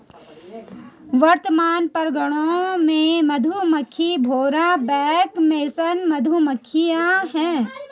वर्तमान में परागणकों में मधुमक्खियां, भौरा, बाग मेसन मधुमक्खियाँ है